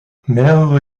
mehrere